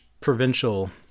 provincial